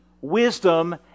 wisdom